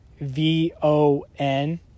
v-o-n